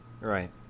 Right